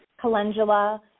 calendula